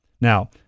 Now